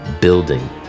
building